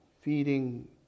feeding